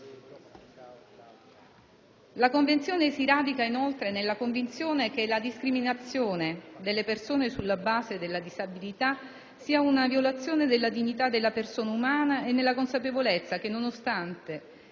La Convenzione si radica inoltre nella convinzione che la discriminazione delle persone sulla base della disabilità sia una violazione della dignità della persona umana e nella consapevolezza che, nonostante